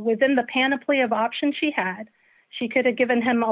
within the panoply of options she had she could have given him a